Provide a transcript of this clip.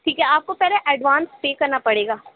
ٹھیک ہے آپ کو پہلے ایڈوانس پے کرنا پڑے گا